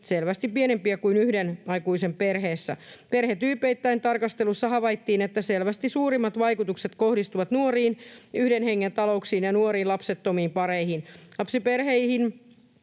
selvästi pienempiä kuin yhden aikuisen perheissä. Perhetyypeittäin tarkasteltaessa havaittiin, että selvästi suurimmat vaikutukset kohdistuvat nuoriin yhden hengen talouksiin ja nuoriin lapsettomiin pareihin. Lapsiperheisiin